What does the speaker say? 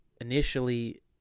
initially